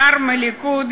שר מהליכוד,